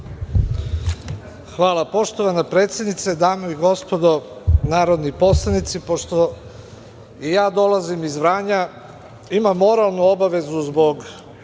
Hvala. Poštovana predsednice, dame i gospodo narodni poslanici, pošto i ja dolazim iz Vranja imam moralnu obavezu zbog